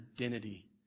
identity